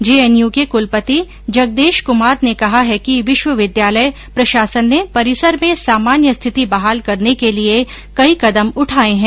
JNU के कुलपति जगदेश कुमार ने कहा है कि विश्वविद्यालय प्रशासन ने परिसर में सामान्य स्थिति बहाल करने के लिए कई कदम उठाये हैं